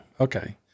Okay